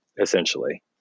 essentially